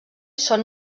són